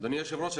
אדוני היושב-ראש,